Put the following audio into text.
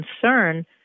concern